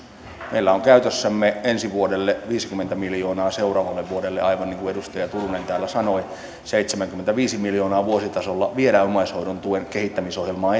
meillä on käytössämme ensi vuodelle viisikymmentä miljoonaa seuraavalle vuodelle aivan niin kuin edustaja turunen täällä sanoi seitsemänkymmentäviisi miljoonaa vuositasolla viedä omaishoidon tuen kehittämisohjelmaa